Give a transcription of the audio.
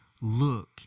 look